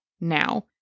now